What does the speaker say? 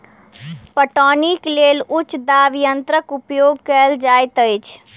पटौनीक लेल उच्च दाब यंत्रक उपयोग कयल जाइत अछि